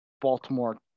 Baltimore